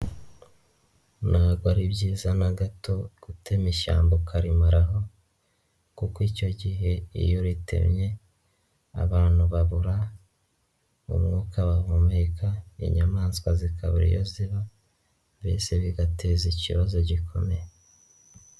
Ntabwo ari byiza na gato gutema ishyamba ukarimaraho kuko icyo gihe iyo ritemye, abantu babura umwuka bahumeka, inyamaswa zikaba iyo ziba, mbese bigateza ikibazo gikomeye.